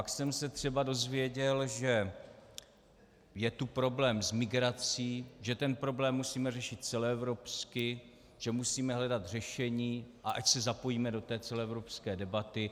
Pak jsem se třeba dozvěděl, že je tu problém s migrací, že ten problém musíme řešit celoevropsky, že musíme hledat řešení a ať se zapojíme do té celoevropské debaty.